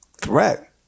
threat